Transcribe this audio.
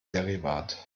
derivat